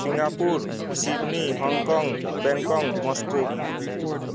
Singapore Sydney Hong Kong bank kong Moscow